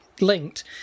linked